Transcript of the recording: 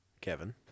Kevin